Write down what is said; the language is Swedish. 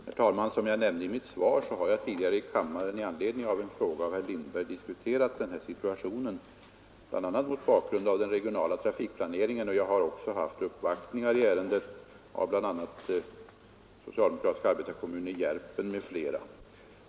Herr talman! Som jag nämnde i mitt svar har jag tidigare i kammaren i anledning av en fråga av herr Lindberg diskuterat denna situation bl.a. mot bakgrunden av den regionala trafikplaneringen. Jag har också haft uppvaktningar i ärendet av socialdemokratiska arbetarkommunen i Järpen m.fl.